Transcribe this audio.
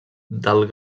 del